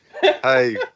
Hey